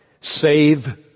save